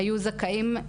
היו זכאים,